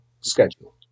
schedule